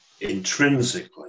Intrinsically